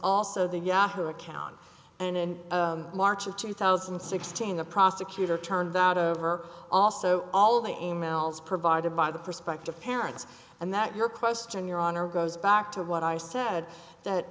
also the yahoo account and in march of two thousand and sixteen the prosecutor turned out of her also all of the e mails provided by the prospective parents and that your question your honor goes back to what i said that